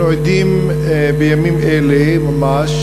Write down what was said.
אנחנו עדים בימים אלה ממש